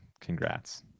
Congrats